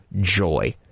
joy